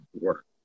work